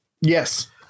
Yes